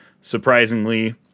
surprisingly